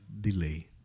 delay